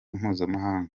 mpuzamahanga